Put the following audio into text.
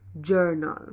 journal